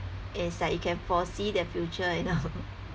it's like you can foresee the future you know